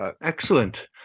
Excellent